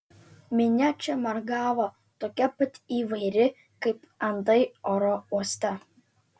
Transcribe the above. minia čia margavo tokia pat įvairi kaip andai oro uoste